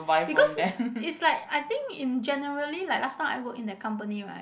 because is like I think in generally like last time I work in that company right